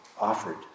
offered